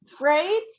right